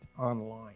online